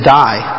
die